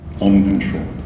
uncontrolled